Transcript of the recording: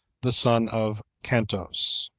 the son of cantos.